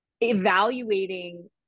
evaluating